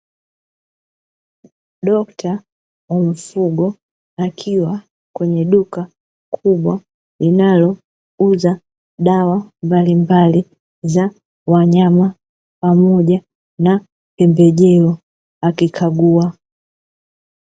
Dokta wa mifugo, akiwa kwenye duka kubwa linalouza dawa mbalimbali za wanyama pamoja na pembejeo akikagua.